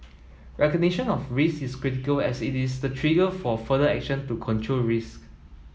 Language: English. recognition of risks is critical as it is the trigger for further action to control risks